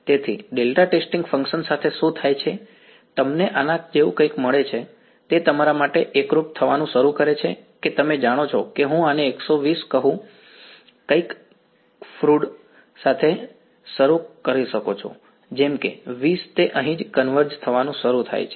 તેથી delta testing functions સાથે શું થાય છે તમને આના જેવું કંઈક મળે છે તે તમારા માટે એકરૂપ થવાનું શરૂ કરે છે કે તમે જાણો છો કે હું આને 120 કહું તમે કંઈક ક્રૂડ સાથે શરૂ કરી શકો છો જેમ કે 20 તે અહીંથી જ કન્વર્જ થવાનું શરૂ કરે છે